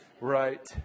Right